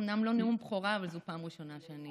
אומנם לא נאום בכורה, אבל זו הפעם הראשונה שאני